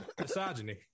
Misogyny